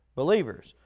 believers